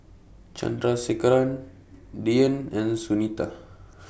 Chandrasekaran Dhyan and Sunita